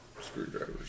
screwdrivers